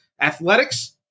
Athletics